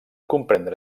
comprendre